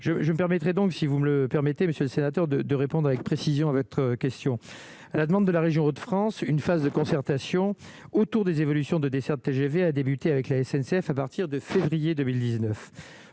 je me permettrai donc si vous me le permettez, monsieur le sénateur de de répondre avec précision à votre question : à la demande de la région Hauts-de-France une phase de concertation autour des évolutions de dessertes TGV a débuté avec la SNCF à partir de février 2019